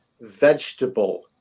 vegetable